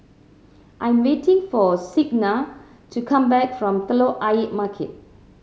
I am waiting for Signa to come back from Telok Ayer Market